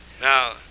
Now